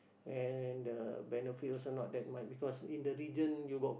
and the benefit also not that much because in the region you got